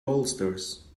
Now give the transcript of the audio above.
bolsters